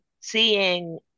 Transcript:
seeing